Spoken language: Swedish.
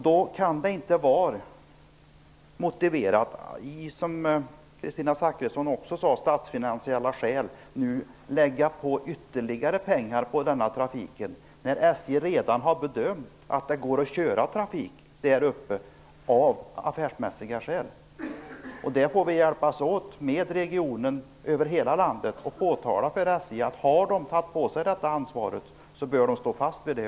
Det kan inte vara motiverat att av statsfinansiella skäl lägga ytterligare pengar på den trafiken när SJ redan har bedömt att det går att köra trafik där av affärsmässiga skäl. Vi får i regioner över hela landet hjälpas åt att påtala för SJ att om de har tagit på sig ansvaret bör de också stå fast vid det.